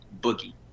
Boogie